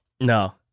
No